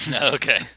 Okay